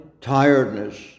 tiredness